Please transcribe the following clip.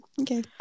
Okay